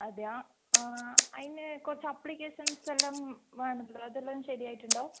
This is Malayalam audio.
അതെയാ ആ അതിന് കുറച്ച് ആപ്ലിക്കേഷൻസെല്ലാം വേണമല്ലോ അതെല്ലാം ശരിയായിട്ടുണ്ടോ